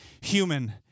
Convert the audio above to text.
human